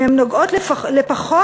אם הן נוגעות לפחות